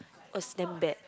was damn bad